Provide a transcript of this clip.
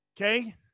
Okay